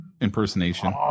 impersonation